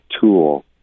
tool